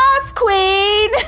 Queen